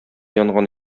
янган